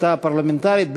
בשיטה הפרלמנטרית,